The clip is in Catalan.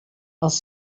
els